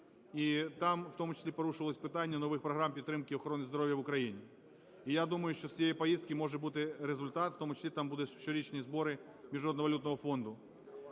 і там в тому числі порушувались питання нових програм підтримки охорони здоров'я в Україні. І я думаю, що з цієї поїздки може бути результат, в тому числі там були щорічні збори Міжнародного валютного фонду.